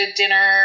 dinner